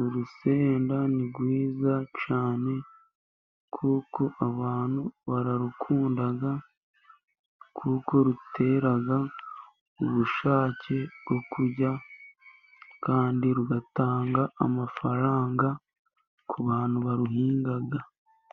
urusenda ni rwiza cyane kuko abantu bararukunda kuko rutera ubushake bwo kurya kandi rugatanga amafaranga ku bantu baruhinga.